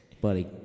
buddy